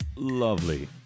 Lovely